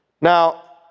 Now